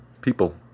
people